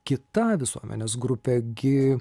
kita visuomenės grupė gi